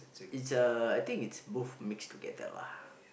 it's a I think it's both mix together lah